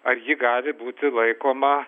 ar ji gali būti laikoma